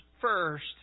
first